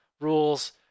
rules